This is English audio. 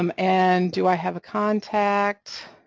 um and do i have a contact?